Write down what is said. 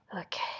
Okay